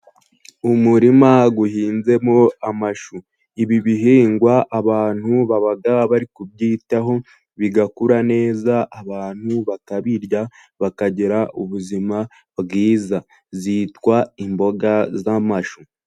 Umurima uhinzemo amashu .Ibi bihingwa abantu baba bari kubyitaho, bigakura neza abantu bakabirya, bakagira ubuzima bwiza .byitwa imboga z'amashu.